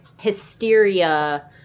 hysteria